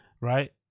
right